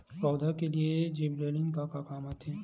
पौधा के लिए जिबरेलीन का काम आथे?